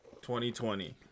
2020